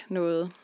noget